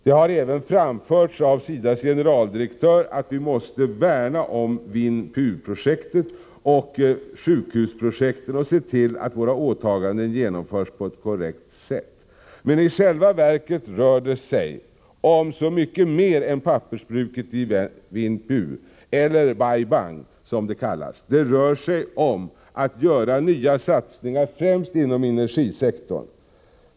Det har även framförts av SIDA:s generaldirektör att ”vi måste värna om Vinh Phu-projektet och sjukhusprojekten och se till att våra åtaganden genomförs på ett korrekt sätt”. Men i själva verket rör det sig om så mycket mer än pappersbruket i Vinh Phu — eller Bai Bang, som det kallas. Det rör sig om att göra nya satsningar, främst inom energisektorn.